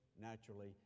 naturally